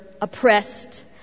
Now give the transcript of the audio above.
oppressed